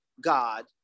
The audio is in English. God